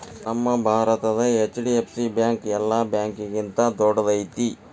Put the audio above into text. ನಮ್ಮ ಭಾರತದ HDFC bank ಯೆಲ್ಲಾ ಬ್ಯಾಂಕ್ಗಿಂತಾ ದೊಡ್ದೈತಿ